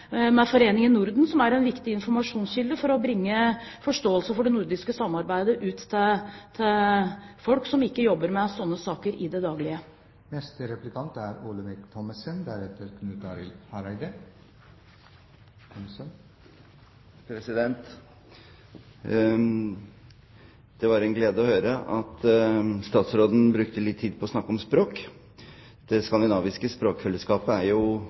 med Foreningen Norden, som er en viktig informasjonskilde, for å bringe forståelse for det nordiske samarbeidet ut til folk som ikke jobber med slike saker i det daglige. Det var en glede å høre at statsråden brukte litt tid på å snakke om språk. Det skandinaviske språkfellesskapet er